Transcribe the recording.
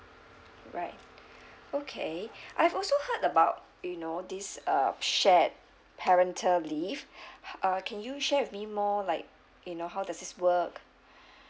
right okay I've also heard about you know this uh shared parental leave uh can you share with me more like you know how does this work